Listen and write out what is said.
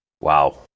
Wow